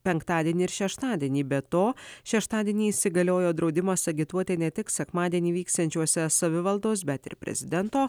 penktadienį ir šeštadienį be to šeštadienį įsigaliojo draudimas agituoti ne tik sekmadienį vyksiančiuose savivaldos bet ir prezidento